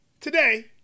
today